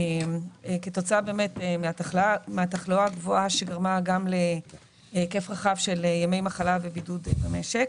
כתוצאה מהתחלואה הגבוהה שגרמה להיקף רחב של ימי מחלה ובידוד במשק.